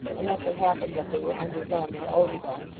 unless it happened that they were underdone, or overdone,